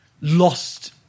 lost